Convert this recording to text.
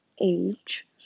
age